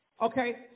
Okay